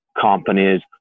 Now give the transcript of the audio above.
companies